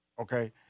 Okay